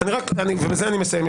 ובזה אני מסיים,